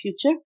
future